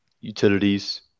utilities